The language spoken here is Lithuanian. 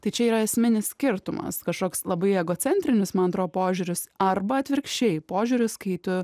tai čia yra esminis skirtumas kažkoks labai egocentrinis man atrodo požiūris arba atvirkščiai požiūris kai tu